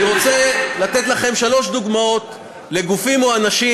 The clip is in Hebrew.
אני רוצה לתת לכם שלוש דוגמאות לגופים או לאנשים